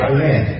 Amen